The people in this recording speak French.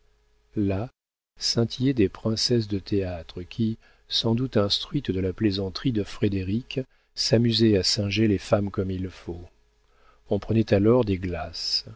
là scintillaient des princesses de théâtre qui sans doute instruites de la plaisanterie de frédéric s'amusaient à singer les femmes comme il faut on prenait alors des glaces